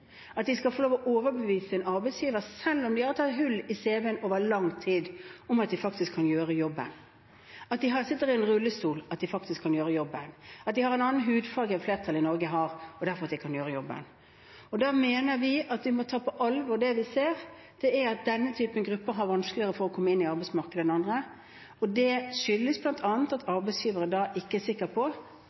at de skal få lov å overbevise arbeidsgiveren, selv om de har hull i CV-en over lang tid, om at de faktisk kan gjøre jobben, at de som sitter i rullestol, faktisk kan gjøre jobben, at de som har en annen hudfarge enn det flertallet i Norge har, kan gjøre jobben. Da mener vi at vi må ta på alvor det vi ser, at denne typen grupper har vanskeligere for å komme inn i arbeidsmarkedet enn andre. Det skyldes bl.a. at arbeidsgiveren ikke er sikker på